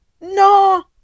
No